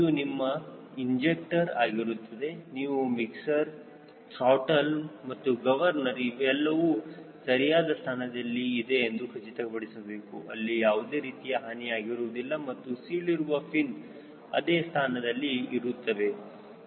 ಇದು ನಿಮ್ಮ ಇಂಜೆಕ್ಟರ್ ಆಗಿರುತ್ತದೆ ನೀವು ಮಿಕ್ಸರ್ ತ್ರಾಟಲ್ ಮತ್ತು ಗವರ್ನರ್ ಎಲ್ಲವೂ ಸರಿಯಾದ ಸ್ಥಾನದಲ್ಲಿವೆ ಎಂದು ಖಚಿತಪಡಿಸಬೇಕು ಅಲ್ಲಿ ಯಾವುದೇ ರೀತಿಯ ಹಾನಿ ಆಗಿರುವುದಿಲ್ಲ ಮತ್ತು ಸೀಳಿರುವ ಫಿನ್ ಅದೇ ಸ್ಥಾನದಲ್ಲಿ ಇರಬೇಕು